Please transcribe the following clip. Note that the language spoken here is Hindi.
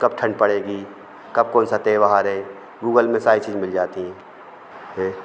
कब ठंड पड़ेगी कब कौन सा त्यौहार है गूगल में सारी चीज़ मिल जाती हैं हैं